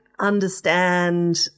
understand